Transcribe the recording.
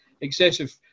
excessive